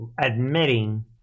admitting